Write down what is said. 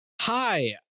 Hi